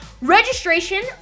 Registration